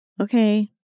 okay